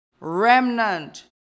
remnant